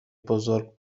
بزرگ